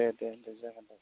दे दे दे जागोन दे